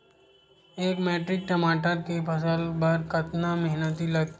एक मैट्रिक टमाटर के फसल बर कतका मेहनती लगथे?